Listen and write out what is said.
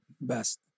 Best